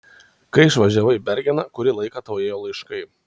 kai išvažiavai į bergeną kurį laiką tau ėjo laiškai